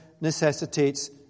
necessitates